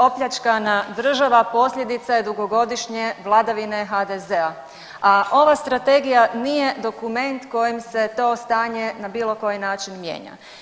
Opljačkana država posljedica je dugogodišnje vladavine HDZ-a, a ova Strategija nije dokument kojim se to stanje na bilo koji način mijenja.